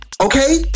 Okay